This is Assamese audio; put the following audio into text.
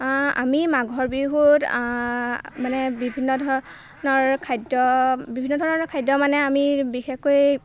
আমি মাঘৰ বিহুত মানে বিভিন্ন ধৰণৰ খাদ্য বিভিন্ন ধৰণৰ খাদ্য মানে আমি বিশেষকৈ